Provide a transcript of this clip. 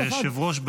היושב-ראש,